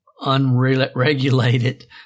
unregulated